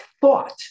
thought